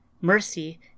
Mercy